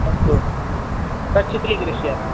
अस्तु तच्चत्री करिष्यामि